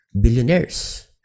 billionaires